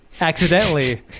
accidentally